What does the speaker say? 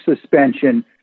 suspension